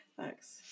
Thanks